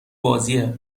بازیه